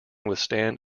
withstand